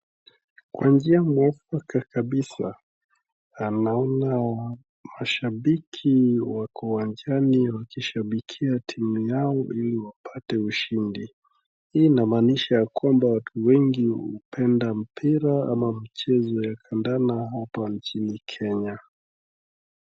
Kwa njia mwafaka kabisa na naona mashabiki wako uwanjani wakishabikia timu yao ili wapate ushindi. Hii inamaanisha ya kwamba watu wengi hupenda mpira ama mchezo ya kandanda hapa nchini Kenya.